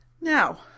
Now